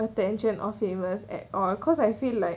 attention or famous at all cause I feel like